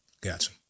Gotcha